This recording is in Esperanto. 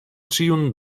ĉiun